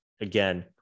again